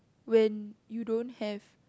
when you don't have